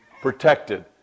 protected